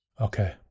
Okay